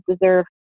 deserve